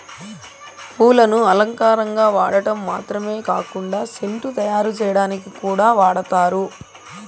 పూలను అలంకారంగా వాడటం మాత్రమే కాకుండా సెంటు తయారు చేయటానికి కూడా వాడతారు